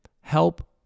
help